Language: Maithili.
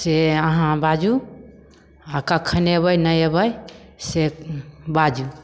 से अहाँ बाजू आओर कखन अयबै नहि अयबै से बाजू